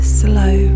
slow